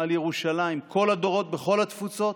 על ירושלים, כל הדורות בכל התפוצות,